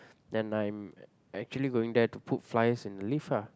then I'm actually going there to put flyers in the lift ah